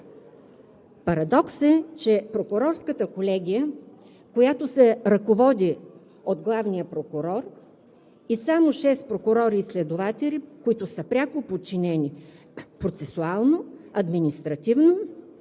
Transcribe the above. Парадокс е, че прокурорската колегия, която се ръководи от главния прокурор, само шест прокурори и следователи, които са пряко подчинени процесуално, административно